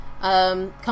Come